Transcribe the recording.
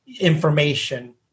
information